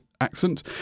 accent